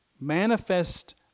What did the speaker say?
manifest